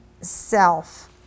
self